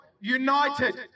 united